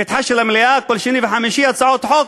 לפתחה של המליאה, כל שני וחמישי הצעות חוק